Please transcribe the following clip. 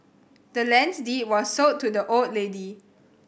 the land's deed was sold to the old lady